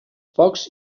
focs